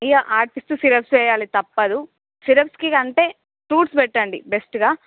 syrups వేయాలి తప్పదు syrups కంటే ఫ్రూట్స్ పెట్టండి బెస్ట్గా